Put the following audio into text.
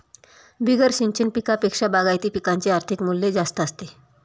बिगर सिंचन पिकांपेक्षा बागायती पिकांचे आर्थिक मूल्य जास्त असते